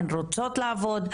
הן רוצות לעבוד,